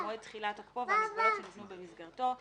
מועד תחילת תוקפו והמגבלות שניתנו במסגרתו.